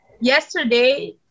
yesterday